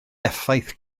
effaith